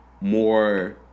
more